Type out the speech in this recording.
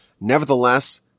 Nevertheless